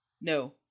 No